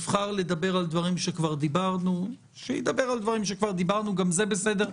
אם יבחר לדבר על דברים שכבר דיברנו גם זה בסדר.